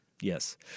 Yes